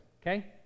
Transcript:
Okay